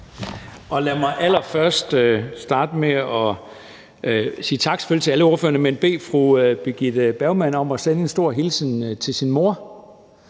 Lad mig allerførst starte med selvfølgelig at sige tak til alle ordførerne, men også bede fru Birgitte Bergman om at sende en stor hilsen til sin mor.